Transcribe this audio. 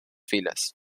filas